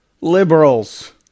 liberals